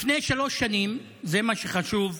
לפני שלוש שנים, זה מה שחשוב,